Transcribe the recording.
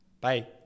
Bye